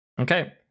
Okay